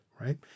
right